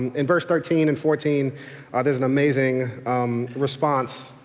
in verse thirteen and fourteen ah there's an amazing response.